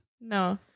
No